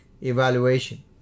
Evaluation